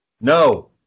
No